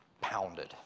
pounded